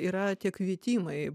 yra tie kvietimai